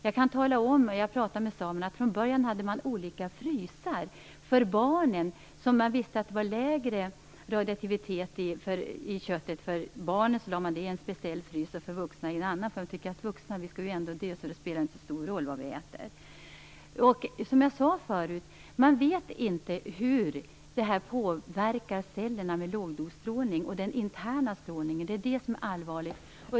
Jag har pratat med samerna, och jag kan tala om att från början hade de olika frysar. De hade en speciell frys med kött som de visste att det var lägre radioaktivitet i till barnen. Maten till de vuxna hade de i en annan. De vuxna skall ju ändå dö så det spelar inte så stor roll vad de äter. Man vet inte hur lågdosstrålningen och den interna strålningen påverkar cellerna. Detta är allvarligt.